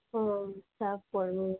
ହଁ ତାପରେ